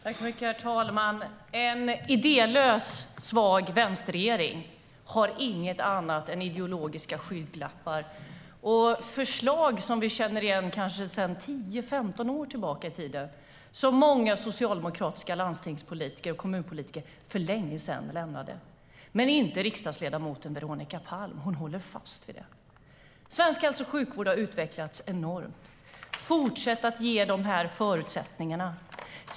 Herr talman! En idélös, svag vänsterregering har ideologiska skygglappar och inget annat än förslag som vi känner igen sedan kanske tio femton år tillbaka i tiden och som många socialdemokratiska landstingspolitiker och kommunpolitiker för länge sedan har lämnat. Men inte riksdagsledamoten Veronica Palm. Hon håller fast vid det. Svensk hälso och sjukvård har utvecklats enormt. Fortsätt att ge de förutsättningarna!